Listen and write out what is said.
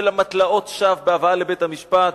של אמתלאות שווא בהבאה לבית-המשפט,